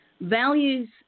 values